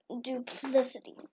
duplicity